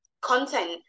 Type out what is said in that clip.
content